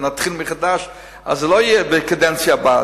אם נתחיל מחדש אז זה לא יהיה בקדנציה הבאה,